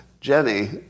Jenny